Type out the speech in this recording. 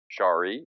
Chari